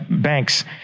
banks